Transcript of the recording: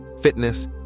fitness